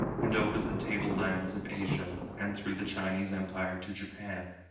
and over the table-lands of asia and through the chinese empire to japan,